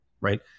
right